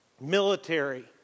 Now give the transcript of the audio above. military